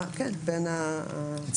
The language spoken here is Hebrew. בין אגף הביטחון של משרד החינוך לבין השב״כ.